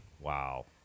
wow